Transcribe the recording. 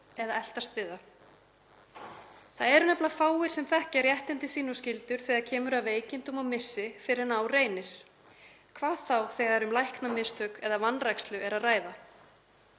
eða eltast við það. Það eru nefnilega fáir sem þekkja réttindi sín og skyldur þegar kemur að veikindum og missi fyrr en á reynir, hvað þá þegar um læknamistök eða vanrækslu er að ræða.